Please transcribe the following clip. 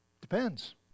Depends